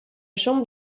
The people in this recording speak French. chambre